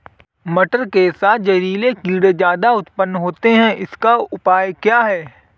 मटर के साथ जहरीले कीड़े ज्यादा उत्पन्न होते हैं इनका उपाय क्या है?